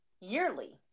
yearly